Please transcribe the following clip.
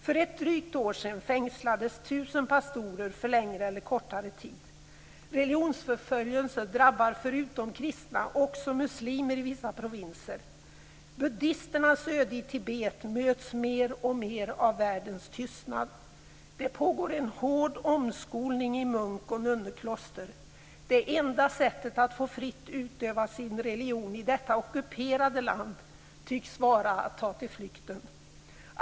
För ett drygt år sedan fängslades 1 000 pastorer för längre eller kortare tid. Religionsförföljelsen drabbar förutom kristna också muslimer i vissa provinser. Buddisternas öde i Tibet möts mer och mer av världens tystnad. Det pågår en hård omskolning i munk och nunnekloster. Det enda sättet att fritt få utöva sin religion i detta ockuperade land tycks vara att ta till flykten.